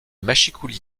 mâchicoulis